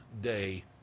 day